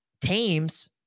teams